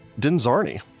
Denzarni